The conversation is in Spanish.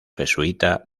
jesuita